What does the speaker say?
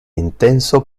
intenso